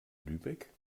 lübeck